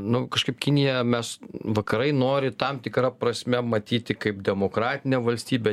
nu kažkaip kinija mes vakarai nori tam tikra prasme matyti kaip demokratinę valstybę